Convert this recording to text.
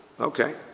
Okay